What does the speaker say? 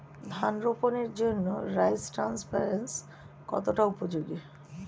ধান রোপণের জন্য রাইস ট্রান্সপ্লান্টারস্ কতটা উপযোগী?